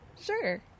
Sure